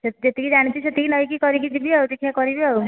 ସେ ଯେତିକି ଜାଣିଛି ସେତିକି ନେଇକି କରିକି ଯିବି ଆଉ ଦେଖିବା କରିବି ଆଉ